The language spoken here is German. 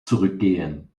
zurückgehen